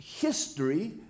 history